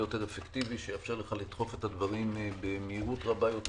יותר אפקטיבי שיאפשר לך לדחוף את הדברים במהירות גדולה יותר